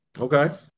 Okay